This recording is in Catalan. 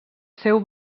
seu